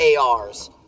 ars